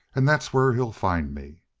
and that's where he'll find me.